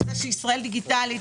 לזה שישראל דיגיטלית?